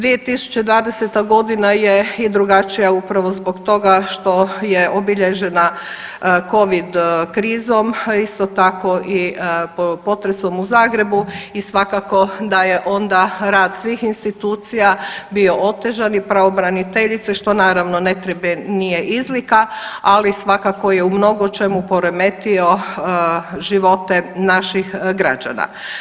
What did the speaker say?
2020.g. je i drugačija upravo zbog toga što je obilježena covid krizom, isto tako i potresom u Zagrebu i svakako da je onda rad svih institucija bio otežan i pravobraniteljice, što naravno … [[Govornik se ne razumije]] nije izlika, ali svakako je u mnogočemu poremetio živote naših građana.